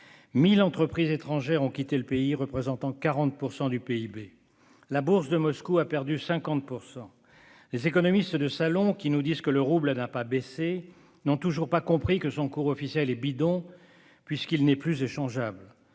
Mille entreprises étrangères ont quitté le pays, ce qui représente 40 % du PIB. La bourse de Moscou a perdu 50 %. Les économistes de salon qui nous disent que le rouble n'a pas baissé n'ont toujours pas compris que son cours officiel est bidon, puisqu'il n'est plus échangeable.